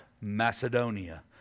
Macedonia